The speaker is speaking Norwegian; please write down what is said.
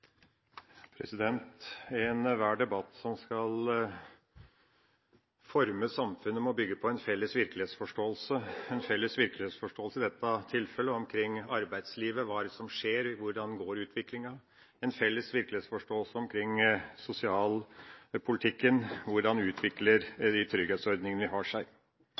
Enhver debatt som skal forme samfunnet, må bygge på en felles virkelighetsforståelse, en felles virkelighetsforståelse i dette tilfellet omkring arbeidslivet – hva er det som skjer, hvordan går utviklinga – en felles virkelighetsforståelse omkring sosialpolitikken – hvordan utvikler de trygghetsordningene vi har, seg.